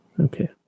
Okay